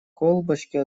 колбочки